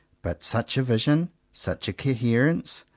but such a vision, such a coherence,